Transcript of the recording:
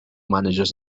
managers